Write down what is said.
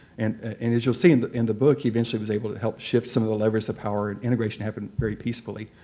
and and as you'll see and in the book, he eventually was able to help shift some of the levers of power and integration happened very peacefully.